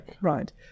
Right